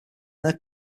their